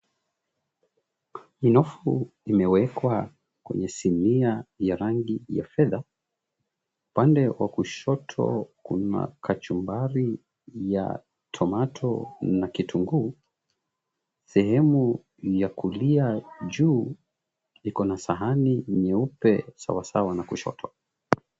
Minofu imewekwa kwenye sinia ya rangi ya fedha. Upande wa kushoto kuna kachumbari ya tomato na kitunguu. Sehemu ya kulia juu iko na sahani nyeupe sawasawa na kushoto.